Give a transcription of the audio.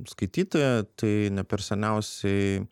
skaityti tai ne per seniausiai